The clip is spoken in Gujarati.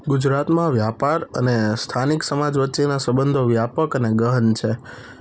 ગુજરાતમાં વ્યાપાર અને સ્થાનિક સમાજ વચ્ચેના સબંધો વ્યાપક અને ગહન છે